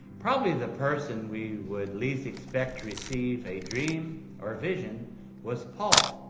probably the person we would least expect to receive a dream or vision was paul.